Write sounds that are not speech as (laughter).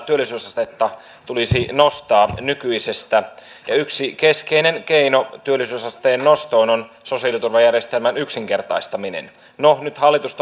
(unintelligible) työllisyysastetta tulisi nostaa nykyisestä yksi keskeinen keino työllisyysasteen nostoon on sosiaaliturvajärjestelmän yksinkertaistaminen no nyt hallitus (unintelligible)